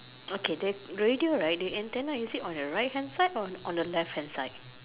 okay the radio right the antenna is it on your right hand side or on your left hand side